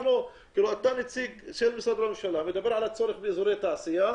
אתה נציג של משרד ראש הממשלה מדבר על הצורך באזורי תעשייה.